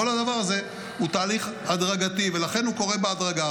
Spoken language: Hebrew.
כל הדבר הזה הוא תהליך הדרגתי ולכן הוא קורה בהדרגה.